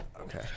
Okay